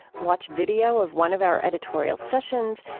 watch video of one of our editorial sessions,